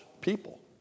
people